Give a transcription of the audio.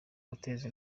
guteza